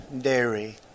dairy